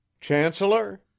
chancellor